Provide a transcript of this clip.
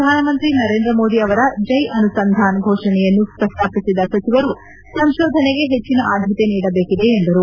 ಪ್ರಧಾನಮಂತ್ರಿ ನರೇಂದ್ರ ಮೋದಿ ಅವರ ಜೈ ಅನುಸಂಧಾನ್ ಘೋಷಣೆಯನ್ನು ಪ್ರಸ್ತಾಪಿಸಿದ ಸಚಿವರು ಸಂಶೋಧನೆಗೆ ಹೆಚ್ಚಿನ ಆದ್ಯತೆ ನೀಡಬೇಕಿದೆ ಎಂದರು